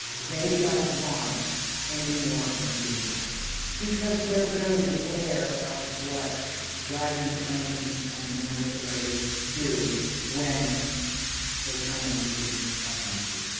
they don't want any more intrusion because they're very aware of what wagon trains and the military do when they come into a country.